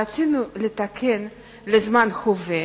רצינו לתקן לזמן הווה,